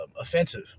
offensive